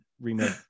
remake